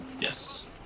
Yes